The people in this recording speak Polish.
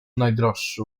najdroższy